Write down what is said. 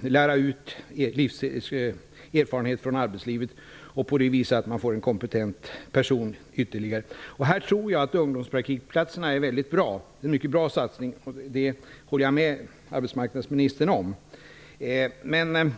lära ut erfarenheter från arbetslivet. På det viset får man ytterligare en kompetent person. Här tror jag att ungdomspraktikplatserna är mycket bra. Jag håller med arbetsmarknadsministern om att det är en bra satsning.